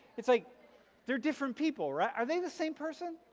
it's like they're different people, right? are they the same person?